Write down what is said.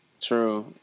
True